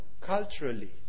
Culturally